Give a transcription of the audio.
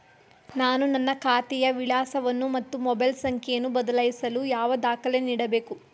ನಾನು ನನ್ನ ಖಾತೆಯ ವಿಳಾಸವನ್ನು ಮತ್ತು ಮೊಬೈಲ್ ಸಂಖ್ಯೆಯನ್ನು ಬದಲಾಯಿಸಲು ಯಾವ ದಾಖಲೆ ನೀಡಬೇಕು?